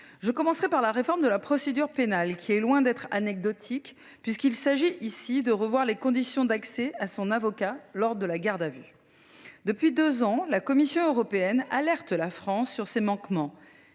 je pense à la réforme de la procédure pénale. Ce volet est loin d’être anecdotique : il s’agit de revoir les conditions d’accès à un avocat lors de la garde à vue. Depuis deux ans, la Commission européenne alerte la France au sujet de ses manquements